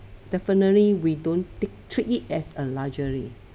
definitely we don't take treat it as a luxury